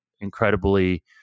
incredibly